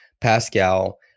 Pascal